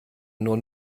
nur